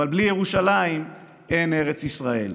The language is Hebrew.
אבל בלי ירושלים אין ארץ ישראל.